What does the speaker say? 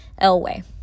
Elway